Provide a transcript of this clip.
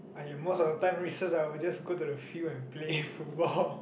!aiyo! most of the time recess I will just go to the field and play football